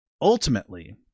Ultimately